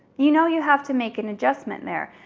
you know you have to make an adjustment there.